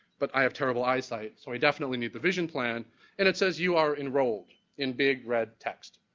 but i have terrible eyesight, so i definitely need the vision plan and it says you are enrolled in big red text.